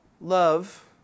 love